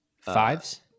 Fives